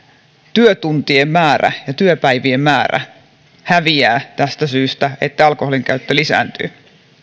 työtuntien määrä ja työpäivien määrä häviää tästä syystä että alkoholin käyttö lisääntyy